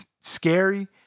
scary